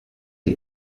ihr